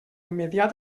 immediat